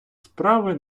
справи